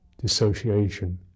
dissociation